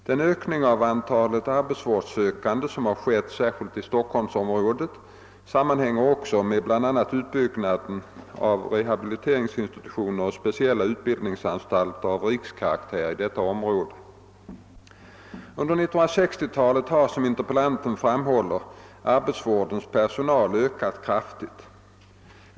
Den ökning av antalet arbetsvårdssökande som har skett särskilt i Stockholmsområdet sammanhänger också bl.a. med utbyggnaden av rehabiliteringsinstitutioner och speciella utbildningsanstalter av rikskaraktär i detta område. Under 1960-talet har — som interpellanten framhåller — arbetsvårdens personal ökats kraftigt.